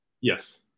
Yes